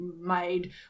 made